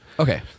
Okay